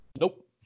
Nope